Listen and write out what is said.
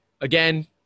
again